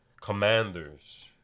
Commanders